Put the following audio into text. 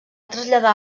traslladar